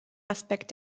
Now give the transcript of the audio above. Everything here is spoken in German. aspekt